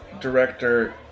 director